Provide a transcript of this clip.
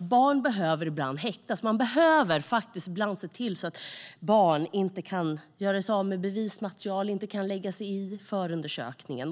barn behöver ibland häktas. Man behöver faktiskt ibland se till att barn inte kan göra sig av med bevismaterial eller lägga sig i en förundersökning.